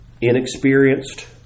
inexperienced